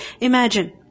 imagine